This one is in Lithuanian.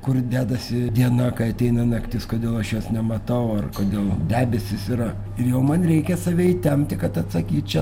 kur dedasi diena kai ateina naktis kodėl aš jos nematau ar kodėl debesys yra ir jau man reikia save įtempti kad atsakyt čia